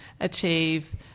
achieve